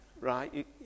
right